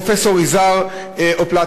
כמו של פרופסור יזהר אופלטקה,